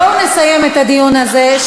בואו נסיים את הדיון הזה.